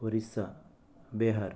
Orissa Bihar